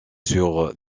sur